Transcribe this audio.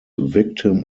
victim